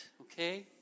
Okay